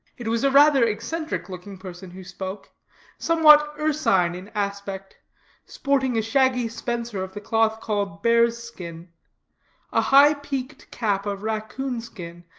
it was a rather eccentric-looking person who spoke somewhat ursine in aspect sporting a shaggy spencer of the cloth called bear's-skin a high-peaked cap of raccoon-skin,